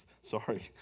Sorry